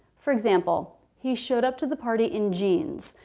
for example he showed up to the party in jeans.